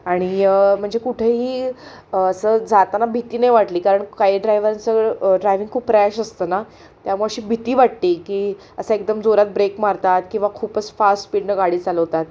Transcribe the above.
आणि म्हणजे कुठेही असं जाताना भीती नाही वाटली कारण काही ड्रायव्हरांचं ड्रायव्हिंग खूप रॅश असतं ना त्यामुळं अशी भीती वाटते की असं एकदम जोरात ब्रेक मारतात किंवा खूपच फास्ट स्पीडनं गाडी चालवतात